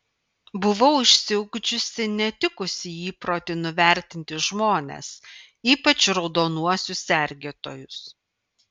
buvau išsiugdžiusi netikusį įprotį nuvertinti žmones ypač raudonuosius sergėtojus